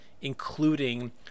including